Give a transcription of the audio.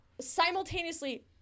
simultaneously